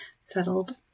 settled